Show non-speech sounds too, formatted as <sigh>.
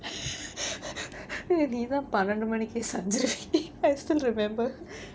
<laughs> நீ தான் பன்னிரெண்டு மணிக்கு சாஞ்சிருவியே:nee than pannirendu manikku saanjiruviyae I still remember